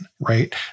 right